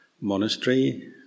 monastery